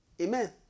Amen